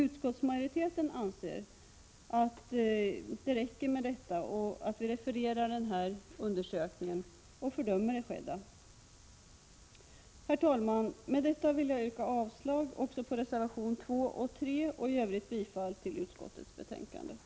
Utskottsmajoriteten anser att det räcker med att vi refererar undersökningen och fördömer det skedda. Herr talman! Med detta vill jag yrka avslag också på reservationerna 2 och 3 samt i övrigt bifall till utskottets hemställan.